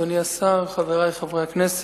תודה רבה, אדוני השר, חברי חברי הכנסת,